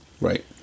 Right